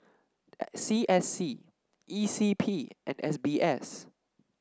C S C E C P and S B S